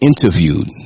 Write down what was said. interviewed